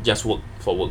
just work for work